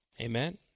amen